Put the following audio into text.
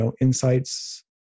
insights